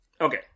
Okay